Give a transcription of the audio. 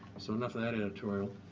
so enough for that editorial.